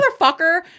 motherfucker